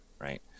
right